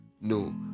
No